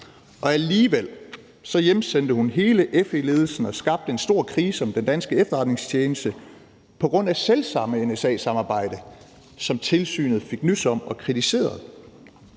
men alligevel hjemsendte hun hele FE-ledelsen og skabte en stor krise om den danske efterretningstjeneste på grund af selv samme NSA-samarbejde, som tilsynet fik nys om og kritiserede.